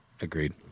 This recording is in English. Agreed